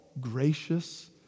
gracious